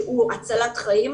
שהוא הצלת חיים,